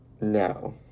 No